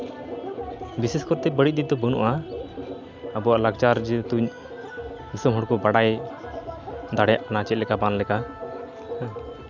ᱵᱤᱥᱮᱥ ᱠᱟᱨᱛᱮ ᱵᱟᱹᱲᱤᱡ ᱫᱤᱠ ᱫᱚ ᱵᱟᱹᱱᱩᱜᱼᱟ ᱟᱵᱚᱣᱟᱜ ᱞᱟᱠᱪᱟᱨ ᱡᱮᱦᱮᱛᱩ ᱫᱤᱥᱢ ᱦᱚᱲᱠᱚ ᱵᱟᱲᱟᱭ ᱫᱟᱲᱮᱭᱟᱜ ᱠᱟᱱᱟ ᱪᱮᱫ ᱞᱮᱠᱟ ᱵᱟᱝ ᱞᱮᱠᱟ